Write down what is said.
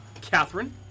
Catherine